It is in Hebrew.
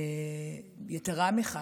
יתרה מזו,